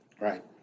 right